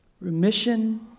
Remission